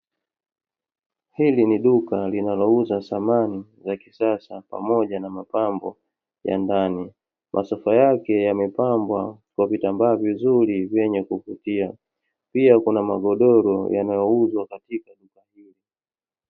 Hili ni duka linalouza samani za kisasa pamoja na mapambo ya ndani. Masofa yake yamepambwa kwa vitambaa vizuri vyenye kuvutia, pia kuna magodoro yanayouzwa katika duka hilo.